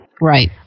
Right